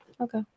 okay